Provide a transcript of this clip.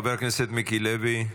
חבר הכנסת מיקי לוי,